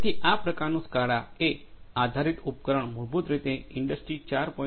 તેથી આ પ્રકારનું સ્કાડાએ આધારિત ઉપકરણ મૂળભૂત રીતે ઇન્ડસ્ટ્રી 4